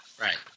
Right